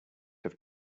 have